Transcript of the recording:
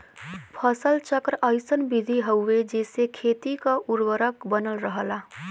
फसल चक्र अइसन विधि हउवे जेसे खेती क उर्वरक बनल रहला